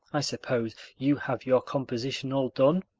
i suppose you have your composition all done?